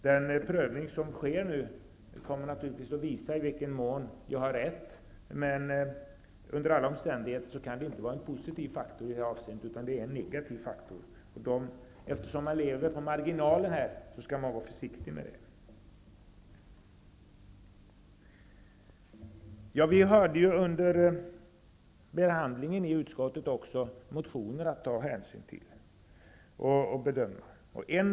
Den prövning som nu sker kommer att visa i vilken mån jag har rätt, men under alla omständigheter kan det inte vara en positiv faktor utan måste bli en negativ faktor. Eftersom man lever på marginalen i detta avseende, skall man vara försiktig. Vi hade under behandlingen i utskottet också att ta hänsyn till och bedöma motioner.